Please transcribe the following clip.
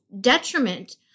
detriment